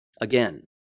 Again